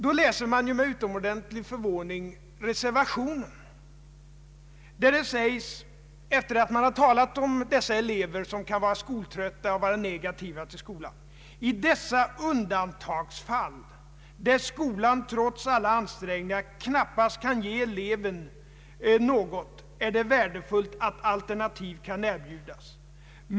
Man läser då med utomordentlig förvåning reservationen, vari reservanterna efter att ha talat om de elever som kan vara skoltrötta och negativt inställda till skolan säger: ”I dessa undantagsfall, där skolan trots alla ansträngningar knappast kan ge eleven något, är det värdefullt att ett alternativ kan erbjudas.